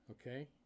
Okay